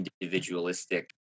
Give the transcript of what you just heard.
individualistic